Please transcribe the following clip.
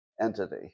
entity